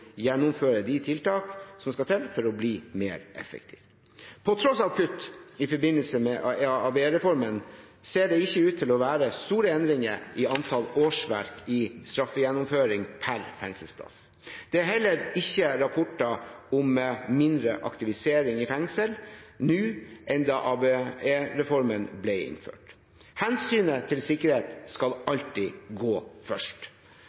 de tiltak som skal til for å bli mer effektiv. På tross av kutt i forbindelse med ABE-reformen ser det ikke ut til å være store endringer i antall årsverk i straffegjennomføring per fengselsplass. Det er heller ikke rapporter om mindre aktivisering i fengsler nå enn da ABE-reformen ble innført. Hensynet til sikkerhet skal alltid gå først.